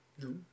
no